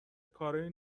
کارای